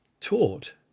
taught